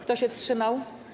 Kto się wstrzymał?